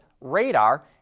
radar